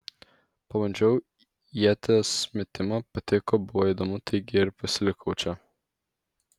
pabandžiau ieties metimą patiko buvo įdomu taigi ir pasilikau čia